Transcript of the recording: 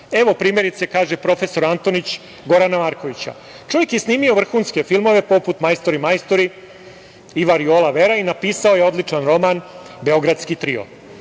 primerice, kaže profesor Antonić - Gorana Markovića. „Čovek je snimio vrhunske filmove, poput „Majstori, majstori“ i „Variola Vera“ i napisao je odličan roman – „Beogradski trio“.